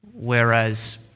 Whereas